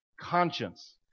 conscience